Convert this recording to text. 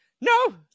No